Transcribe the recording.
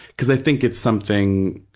because i think it's something,